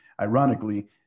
ironically